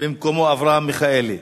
אברהם מיכאלי.